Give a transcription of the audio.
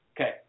Okay